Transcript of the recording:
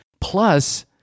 Plus